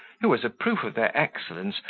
who, as a proof of their excellence,